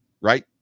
right